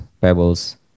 Pebbles